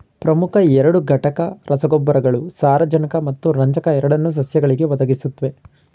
ಪ್ರಮುಖ ಎರಡು ಘಟಕ ರಸಗೊಬ್ಬರಗಳು ಸಾರಜನಕ ಮತ್ತು ರಂಜಕ ಎರಡನ್ನೂ ಸಸ್ಯಗಳಿಗೆ ಒದಗಿಸುತ್ವೆ